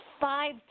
five